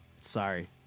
Sorry